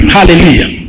Hallelujah